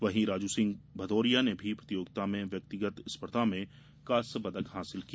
वहीं राजू सिंह भदोरिया ने भी प्रतियोगिता की व्यक्तिगत स्पर्धो में कांस्य पदक अर्जित किया